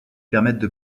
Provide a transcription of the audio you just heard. permettent